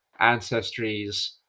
Ancestries